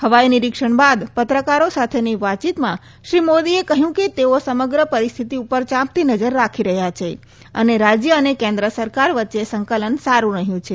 હવાઈ નિરિક્ષણ બાદ પત્રકારો સાથેની વાતચીતમાં શ્રી મોદીએ કહ્યું કે તેઓ સમગ્ર પરિસ્થિતિ ઉપર ચાંપતી નજર રાખી રહ્યા છે અને રાજ્ય અને કેન્દ્ર સરકાર વચ્ચે સંકલન સારૂ રહ્યું છે